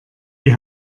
die